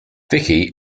vicky